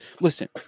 Listen